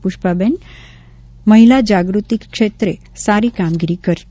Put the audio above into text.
પુષ્પબેન મહિલા જાગૃતિ ક્ષેત્રે સારી કામગીરી કરી હતી